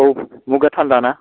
औ मुगआ थान्दा ना